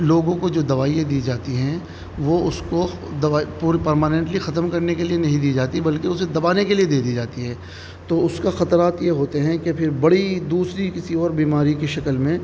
لوگوں کو جو دوائیاں دی جاتی ہیں وہ اس کو دوائی پوری پرماننٹلی ختم کرنے کے لیے نہیں دی جاتی بلکہ اسے دبانے کے لیے دے دی جاتی ہے تو اس کا خطرات یہ ہوتے ہیں کہ پھر بڑی دوسری کسی اور بیماری کی شکل میں